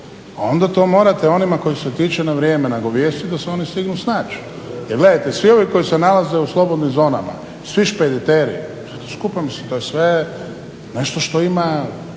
onda to morate onima kojih se tiče na vrijeme nagovijestiti da se oni stignu snać, jer gledajte svi ovi koji se nalaze u slobodnim zonama, svi špediteri, to je sve nešto što ima